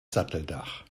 satteldach